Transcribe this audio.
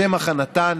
לשם הכנתן